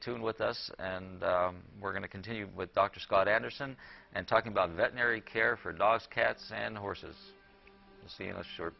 tuned with us and we're going to continue with dr scott anderson and talking about veterinary care for dogs cats and horses s